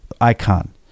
icon